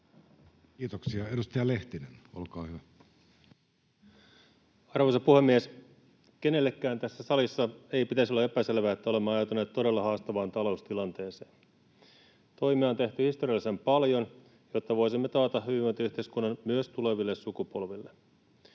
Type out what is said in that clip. muuttamisesta Time: 17:12 Content: Arvoisa puhemies! Kenellekään tässä salissa ei pitäisi olla epäselvää, että olemme ajautuneet todella haastavaan taloustilanteeseen. Toimia on tehty historiallisen paljon, jotta voisimme taata hyvinvointiyhteiskunnan myös tuleville sukupolville.